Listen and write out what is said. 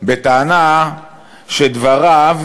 בטענה שדבריו